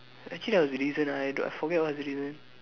actually there was the reason why I forget what's the reason